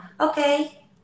okay